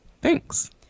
Thanks